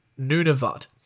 Nunavut